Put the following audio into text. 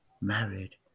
married